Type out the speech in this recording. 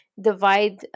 divide